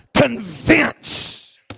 convince